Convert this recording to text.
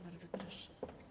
Bardzo proszę.